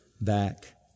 back